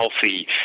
healthy